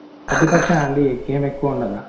thirty పర్సెంటా అండి ఇంకేమి ఎక్కువుండదా